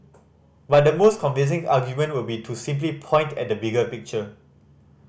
but the most convincing argument would be to simply point at the bigger picture